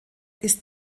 ist